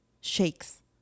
shakes